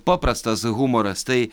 paprastas humoras tai